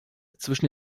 zwischen